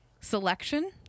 selection